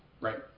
right